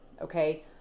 okay